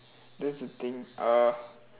that's the thing uh